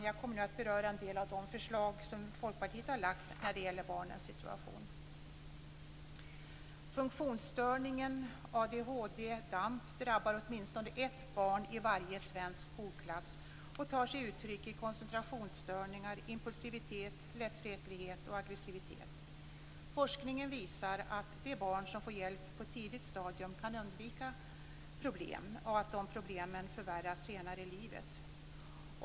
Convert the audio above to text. Jag kommer nu att beröra en del av Funktionsstörningen ADHD/DAMP drabbar åtminstone ett barn i varje svensk skolklass och tar sig uttryck i koncentrationsstörningar, impulsivitet, lättretlighet och aggressivitet. Forskningen visar att de barn som får hjälp på ett tidigt stadium kan undvika att problemen förvärras senare i livet.